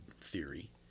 theory